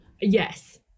Yes